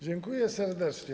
Dziękuję serdecznie.